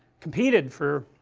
competed for